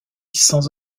sans